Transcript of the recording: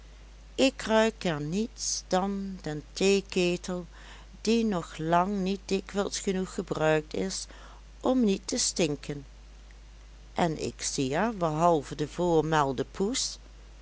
ik ruik er niets dan den theeketel die nog lang niet dikwijls genoeg gebruikt is om niet te stinken en ik zie er behalve de voormelde poes